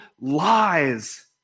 lies